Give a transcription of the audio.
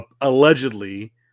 allegedly